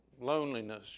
loneliness